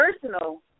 personal